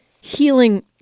healing